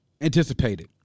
anticipated